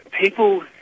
people